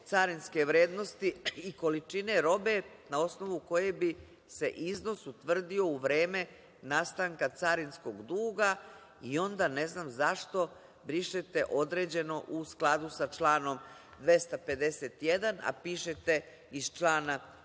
carinske vrednosti i količine robe na osnovu koje bi se iznos utvrdio u vreme nastanka carinskog duga, i onda ne znam zašto brišete - određeno u skladu sa članom 251, a pišete – iz člana 251?